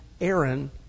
Aaron